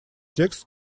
текст